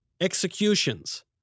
Executions